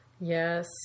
yes